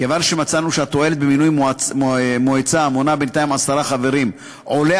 כיוון שמצאנו שהתועלת במינוי מועצה המונה בינתיים עשרה חברים עולה